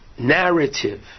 Narrative